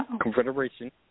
Confederation